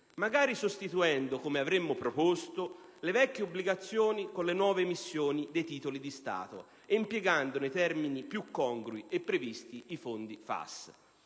magari sostituendo - come avremmo proposto - le vecchie obbligazioni con le nuove emissioni dei titoli di Stato e impiegando nei termini più congrui e previsti i fondi FAS.